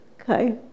Okay